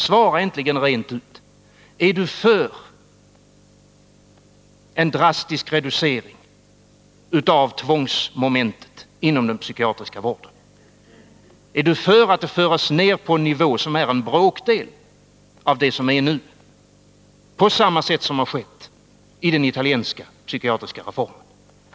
Är Gabriel Romanus för en drastisk reducering av tvångsmomentet inom den psykiatriska vården, så att det förs ned på en nivå som är en bråkdel av vad som förekommer nu — på samma sätt som har skett genom den italienska psykiatriska reformen?